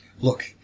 look